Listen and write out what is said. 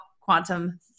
quantum